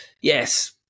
yes